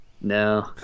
No